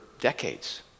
decades